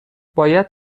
باید